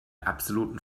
absoluten